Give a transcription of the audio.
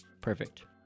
Perfect